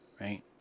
right